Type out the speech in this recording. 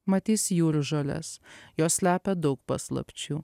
matys jūrų žoles jos slepia daug paslapčių